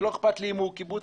ולא אכפת לי אם הוא קיבוצניק,